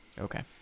Okay